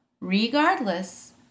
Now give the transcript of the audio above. regardless